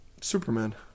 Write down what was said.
Superman